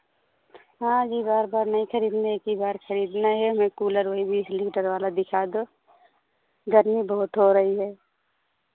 हाँ जी बार बार नहीं खरीदने एक ही बार खरीदना है हमें कूलर वही बीस लीटर वाला दिखा दो गर्मी बहुत हो रही है